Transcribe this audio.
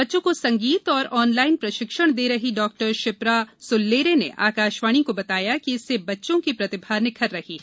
बच्चों को संगीत का ऑनलाइन प्रशिक्षण दे रही डॉ शिप्रा सुल्लेरे ने आकाशवाणी को बताया कि इससे बच्चों की प्रतिभा निखर रही है